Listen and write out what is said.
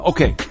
Okay